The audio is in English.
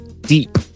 deep